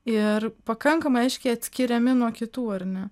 ir pakankamai aiškiai atskiriami nuo kitų ar ne